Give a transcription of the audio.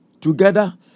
together